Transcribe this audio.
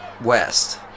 West